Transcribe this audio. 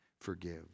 forgive